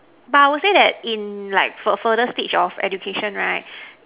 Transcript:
but I will say that in like for further stage of education right